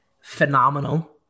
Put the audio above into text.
phenomenal